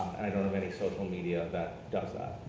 and i don't have any social media that does that.